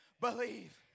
believe